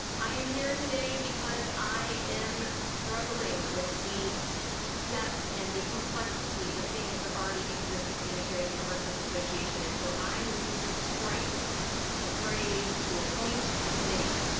i am here today, because i am struggling with the depth and the complexity of things that already exist at the unitarian universalist association, and so i move to strike the phrase, to appointed a committee.